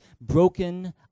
broken